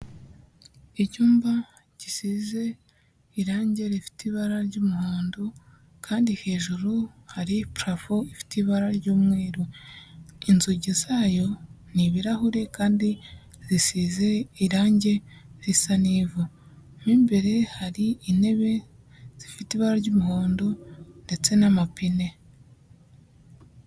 Icyumba gisize irangi rifite ibara ry'umuhondo kandi hejuru hari purafo ifite ibara ry'umweru. Inzugi zayo ni ibirahuri kandi zisize irangi risa n'ivu. Mo imbere hari intebe zifite ibara ry'umuhondo ndetse n'amapine.